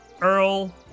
Earl